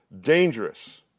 dangerous